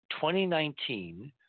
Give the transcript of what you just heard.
2019